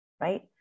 right